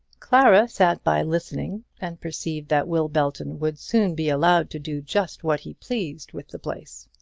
clara sat by listening, and perceived that will belton would soon be allowed to do just what he pleased with the place.